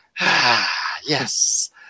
Yes